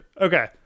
Okay